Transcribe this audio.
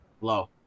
Low